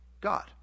God